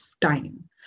time